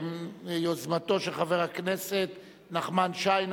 ביוזמתו של חבר הכנסת נחמן שי,